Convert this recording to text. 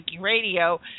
Radio